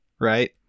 right